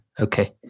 Okay